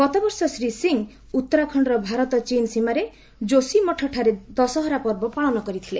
ଗତବର୍ଷ ଶ୍ରୀ ସିଂ ଉତ୍ତରାଖଣର ଭାରତ ଚୀନ୍ ସୀମାରେ ସଯୋଶୀମଠ ଠାରେ ଦଶହରା ପର୍ବ ପାଳନ କରିଥିଲେ